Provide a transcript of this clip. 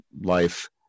life